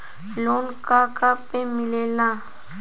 Loan का का पे मिलेला?